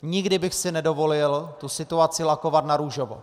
Nikdy bych si nedovolil tu situaci lakovat narůžovo.